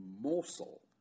morsel